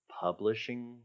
publishing